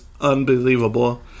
unbelievable